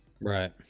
Right